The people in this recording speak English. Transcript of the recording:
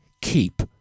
keep